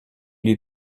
lui